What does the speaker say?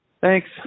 Thanks